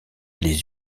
les